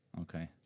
Okay